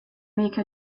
make